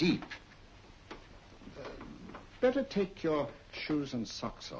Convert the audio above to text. deep better take your shoes and socks